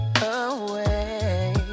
away